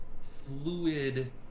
fluid